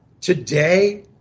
today